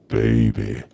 baby